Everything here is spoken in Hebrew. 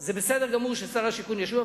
זה בסדר גמור ששר השיכון ישיב,